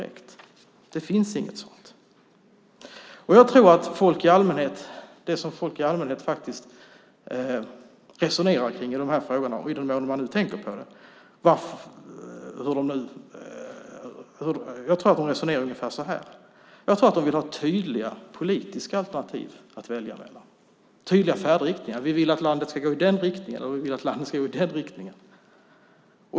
Men det finns inget sådant. Jag tror att det som folk i allmänhet resonerar kring i dessa frågor, i den mån de tänker på det, är att de vill ha tydliga politiska alternativ att välja mellan, tydliga färdriktningar - vi vill att landet ska gå i den riktningen, och vi vill att landet ska gå i den riktningen.